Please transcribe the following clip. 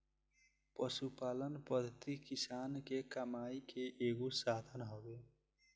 पशुपालन पद्धति किसान के कमाई के एगो साधन हवे